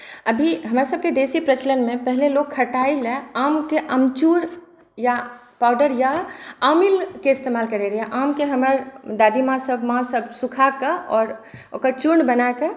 अभी हमरा सभकेँ देशी प्रचलनमे लोक खटाइ ला आमके आमचुर या पावडर या आमिलके इस्तमाल करै रहै आमके हमर दादीमाँ सभ माँ सभ सुखाकऽ आओर ओकर चुर्ण बनाकऽ